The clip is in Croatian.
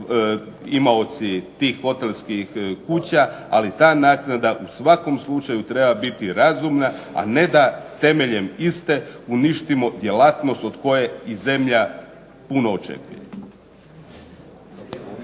imaoci tih hotelskih kuća ali ta naknada u svakom slučaju treba biti razumna a ne da temeljem iste uništimo djelatnost od koje i zemlja puno očekuje.